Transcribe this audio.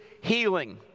healing